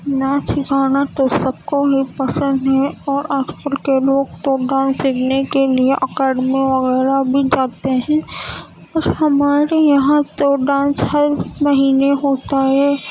ناچ گانا تو سب کو ہی پسند ہے اور آج کل کے لوگ تو ڈانس سیکھنے کے لیے اکیڈمی وغیرہ بھی جاتے ہیں اور ہمارے یہاں تو ڈانس ہر مہینے ہوتا ہے